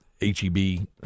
H-E-B